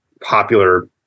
popular